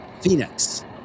Phoenix